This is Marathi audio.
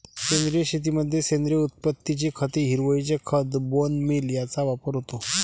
सेंद्रिय शेतीमध्ये सेंद्रिय उत्पत्तीची खते, हिरवळीचे खत, बोन मील यांचा वापर होतो